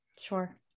Sure